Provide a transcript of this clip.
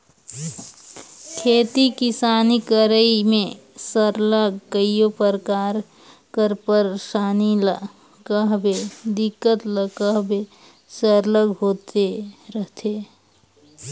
खेती किसानी करई में सरलग कइयो परकार कर पइरसानी ल कहबे दिक्कत ल कहबे सरलग होते रहथे